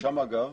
שם אגב,